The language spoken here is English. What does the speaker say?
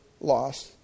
loss